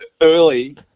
early